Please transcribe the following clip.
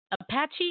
Apache